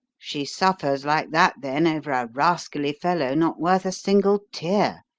she suffers like that, then, over a rascally fellow not worth a single tear.